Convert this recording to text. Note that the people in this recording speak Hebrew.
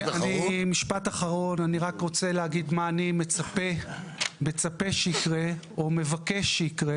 משפט אחרון אני רק רוצה להגיד מה אני מצפה שיקרה או מבקש שיקרה.